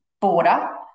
border